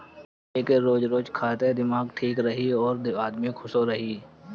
एके रोज रोज खा त दिमाग ठीक रही अउरी आदमी खुशो रही